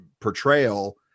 portrayal